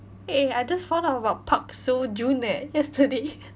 eh I just found out about park seo joon eh yesterday